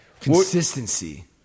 consistency